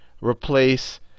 replace